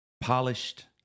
polished